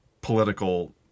political